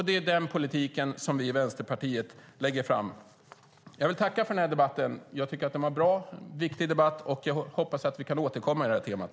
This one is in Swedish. Det är den politiken som vi i Vänsterpartiet för fram. Jag vill tacka för den här debatten. Jag tycker att den var bra, en viktig debatt, och jag hoppas att vi kan återkomma till det här temat.